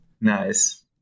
Nice